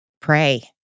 pray